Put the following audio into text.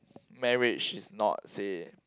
marriage is not say